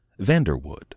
Vanderwood